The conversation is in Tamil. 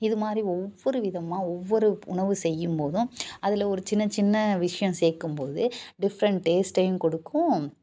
இது மாதிரி ஒவ்வொரு விதமாக ஒவ்வொரு உணவு செய்யும்போதும் அதில் ஒரு சின்ன சின்ன விஷயம் சேர்க்கும்போது டிஃப்ரெண்ட் டேஸ்ட்டையும் கொடுக்கும்